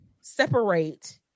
separate